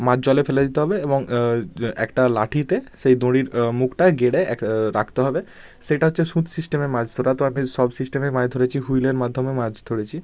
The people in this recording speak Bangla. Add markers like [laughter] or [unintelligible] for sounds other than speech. মাঝ জলে ফেলে দিতে হবে এবং একটা লাঠিতে সেই দঁড়ির মুখটায় গেড়ে এক রাখতে হবে সেটা হচ্ছে [unintelligible] সিস্টেমে মাছ ধরা তো আমি সব সিস্টেমে মাছ ধরেছি হুইলের মাধ্যমেও মাছ ধরেছি